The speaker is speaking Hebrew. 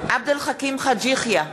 עבד אל חכים חאג' יחיא,